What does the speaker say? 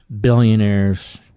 billionaires